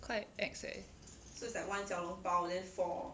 quite ex leh